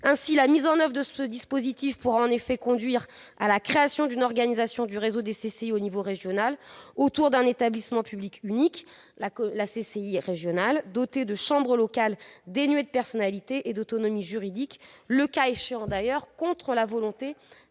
Ainsi, la mise en oeuvre de ce dispositif pourra conduire à la création d'une organisation du réseau des CCI au niveau régional autour d'un établissement public unique- la CCIR -doté de chambres locales dénuées de personnalité et d'autonomie juridiques, le cas échéant contre la volonté